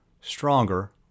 stronger